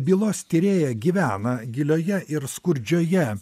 bylos tyrėja gyvena gilioje ir skurdžioje